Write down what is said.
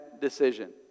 decision